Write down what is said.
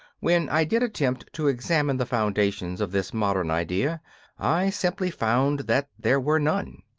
when i did attempt to examine the foundations of this modern idea i simply found that there were none.